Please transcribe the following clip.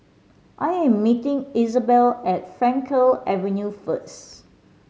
I am meeting Izabelle at Frankel Avenue first